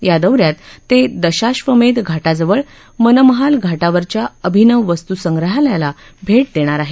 या दौऱ्यात ते दशाश्वमेध घाटाजवळ मन महाल घाटावर च्या अभिनव वस्तुसंग्रहालयाला भेट देणार आहेत